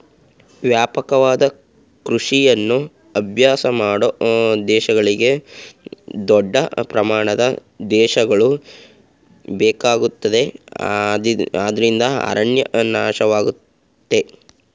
ವ್ಯಾಪಕವಾದ ಕೃಷಿಯನ್ನು ಅಭ್ಯಾಸ ಮಾಡೋ ದೇಶಗಳಿಗೆ ದೊಡ್ಡ ಪ್ರಮಾಣದ ಪ್ರದೇಶಗಳು ಬೇಕಾಗುತ್ತವೆ ಅದ್ರಿಂದ ಅರಣ್ಯ ನಾಶವಾಗಯ್ತೆ